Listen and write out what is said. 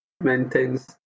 maintains